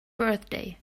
birthday